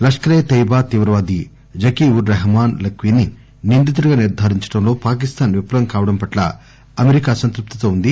లప్కరే తోయిబా తీవ్రవాది జకీ ఉర్ రహమాన్ లక్వీని నిందితుడిగా నిర్థారించడంలో పాకిస్థాన్ విఫలం కావడం పట్ల అమెరికా అసంతృప్తితో ఉంది